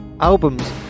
albums